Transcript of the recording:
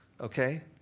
okay